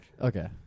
Okay